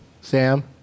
Sam